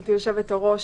גברתי היושבת-ראש.